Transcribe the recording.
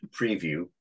preview